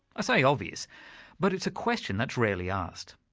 i say obvious but it's a question that's rarely asked.